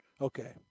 Okay